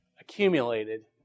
accumulated